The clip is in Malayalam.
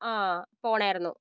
ആ പോകണമായിരുന്നു